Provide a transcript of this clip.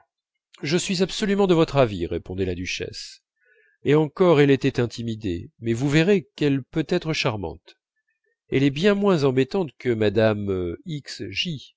je suis absolument de votre avis répondait la duchesse et encore elle était intimidée mais vous verrez qu'elle peut être charmante elle est bien moins embêtante que mme x